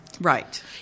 Right